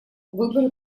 выборы